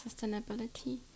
sustainability